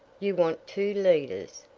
you want two leaders,